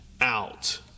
out